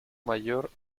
mayor